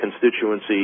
constituency